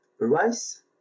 rice